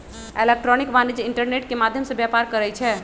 electronic वाणिज्य internet के माध्यम से व्यापार करइ छै